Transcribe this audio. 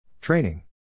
Training